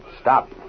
Stop